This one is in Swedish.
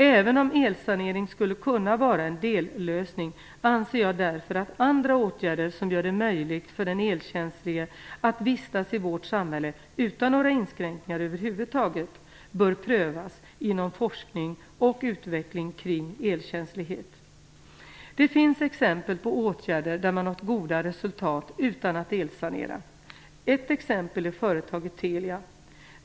Även om elsanering skulle kunna vara en dellösning, anser jag därför att andra åtgärder, som gör det möjligt för den elkänslige att vistas i vårt samhälle utan några inskränkningar över huvud taget, bör prövas inom forskning och utveckling kring elkänslighet. Det finns exempel på åtgärder där man nått goda resultat utan att elsanera. Ett exempel är företaget Telia.